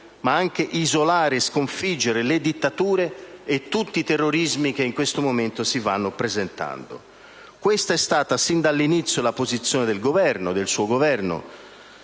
ma anche isolare e sconfiggere le dittature e tutti i terrorismi che in questo momento si vanno presentando: questa è stata, sin dall'inizio, la posizione del suo Governo,